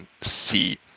see